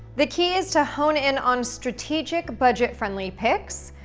the key is to hone in on strategic budget-friendly picks,